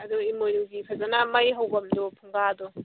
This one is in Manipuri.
ꯑꯗꯨ ꯏꯃꯣꯏꯅꯨꯒꯤ ꯐꯖꯅ ꯃꯩ ꯍꯧꯐꯝꯗꯣ ꯐꯪꯒꯥꯗꯣ